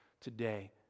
today